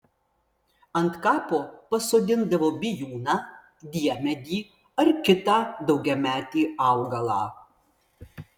ant kapo pasodindavo bijūną diemedį ar kitą daugiametį augalą